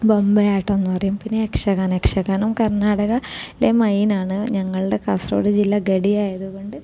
ബൊമ്മയാട്ടം എന്ന് പറയും പിന്നെ യക്ഷഗാനം യക്ഷഗാനം കർണാടകയിലെ മെയിനാണ് ഞങ്ങളുടെ കാസർഗോഡ് ജില്ല ഗഡി ആയതുകൊണ്ട്